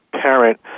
parent